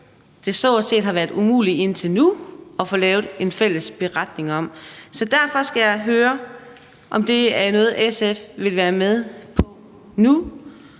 har været så at sige umuligt indtil nu at få lavet en fælles beretning om. Så derfor skal jeg høre, om det er noget, SF vil være med på nu.